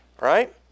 Right